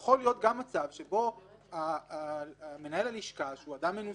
יכול להיות מצב שבו מנהל הלשכה שהוא אדם מנוסה,